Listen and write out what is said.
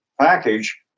package